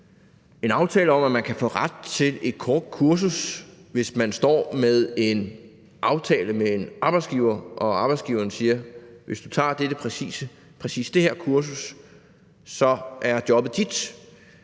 en aftale om, at man kan få ret til et kort kursus, hvis man står med en aftale med en arbejdsgiver, og arbejdsgiveren siger: Hvis du tager præcis det her kursus, så er jobbet dit.